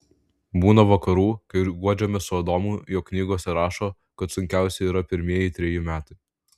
būna vakarų kai guodžiamės su adomu jog knygose rašo kad sunkiausi yra pirmieji treji metai